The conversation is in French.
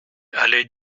allée